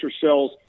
cells